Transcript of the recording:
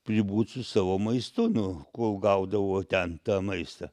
pribūt su savo maistu nu kol gaudavo ten tą maistą